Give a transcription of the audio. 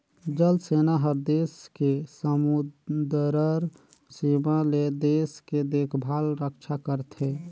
जल सेना हर देस के समुदरर सीमा ले देश के देखभाल रक्छा करथे